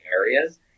areas